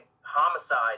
Homicide